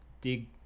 dig